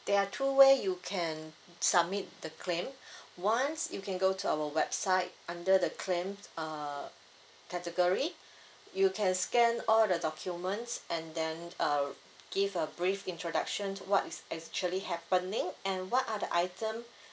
there are two way you can submit the claim once you can go to our website under the claim uh category you can scan all the documents and then uh give a brief introduction to what is actually happening and what are the item